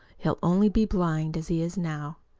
he'll only be blind, as he is now.